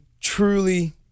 truly